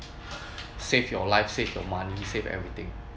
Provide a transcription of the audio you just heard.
save your life save your money save everything